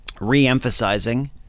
re-emphasizing